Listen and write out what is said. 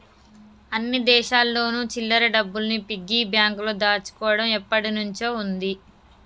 అన్ని దేశాల్లోను చిల్లర డబ్బుల్ని పిగ్గీ బ్యాంకులో దాచుకోవడం ఎప్పటినుంచో ఉంది